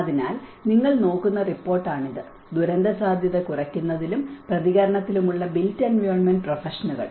അതിനാൽ നിങ്ങൾ നോക്കുന്ന റിപ്പോർട്ടാണിത് ദുരന്തസാധ്യത കുറയ്ക്കുന്നതിലും പ്രതികരണത്തിലുമുള്ള ബിൽറ്റ് എൻവയോണ്മെന്റ് പ്രൊഫഷനുകൾ